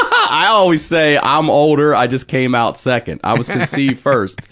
i always say, i'm older, i just came out second. i was conceived first,